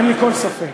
אין לי כל ספק.